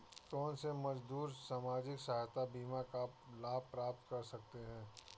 कौनसे मजदूर सामाजिक सहायता बीमा का लाभ प्राप्त कर सकते हैं?